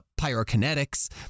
pyrokinetics